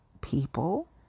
people